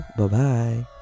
Bye-bye